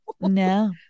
No